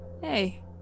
Hey